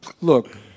look